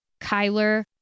Kyler